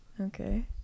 Okay